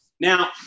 Now